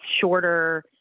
shorter